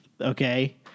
Okay